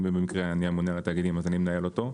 במקרה אני ממונה על התאגידים אז אני מנהל אותו,